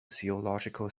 theological